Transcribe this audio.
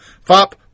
FOP